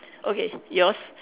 okay yours